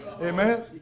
Amen